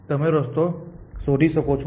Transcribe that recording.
તમે રસ્તો શોધી શકો છો